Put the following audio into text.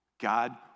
God